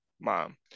mom